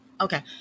okay